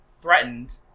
threatened